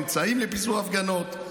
אמצעים לפיזור הפגנות,